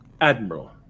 admiral